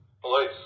Police